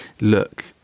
look